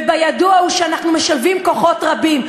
ובידוע הוא שאנחנו משלבים כוחות רבים.